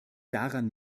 daran